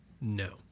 no